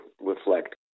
reflect